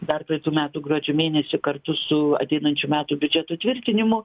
dar praeitų metų gruodžio mėnesį kartu su ateinančių metų biudžeto tvirtinimu